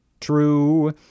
True